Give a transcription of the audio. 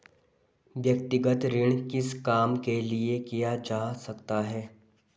व्यक्तिगत ऋण किस काम के लिए किया जा सकता है?